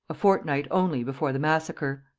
a fortnight only before the massacre.